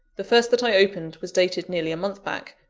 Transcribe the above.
the first that i opened was dated nearly a month back,